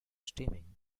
steaming